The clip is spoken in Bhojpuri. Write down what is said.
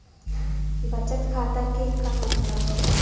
बचत खाता के का मतलब होला?